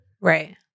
Right